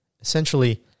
Essentially